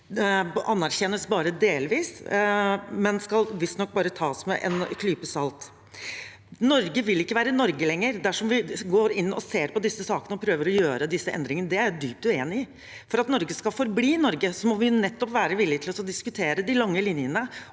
anerkjennes bare delvis og skal visstnok tas med en klype salt. At Norge ikke vil være Norge lenger dersom vi går inn og ser på disse sakene og prøver å gjøre disse endringene, er jeg dypt uenig i. For at Norge skal forbli Norge, må vi være villige til nettopp å diskutere de lange linjene